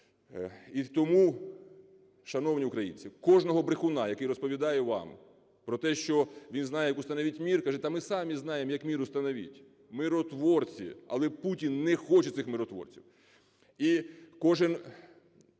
І тому, шановні українці, кожного брехуна, який розповідає вам про те, що він знає, як "установить мир", кажіть: "Та ми самі знаємо, як мир установить: миротворці!" Але Путін не хоче цих миротворців. І кожен